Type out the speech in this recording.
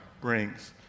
brings